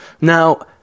Now